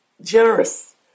generous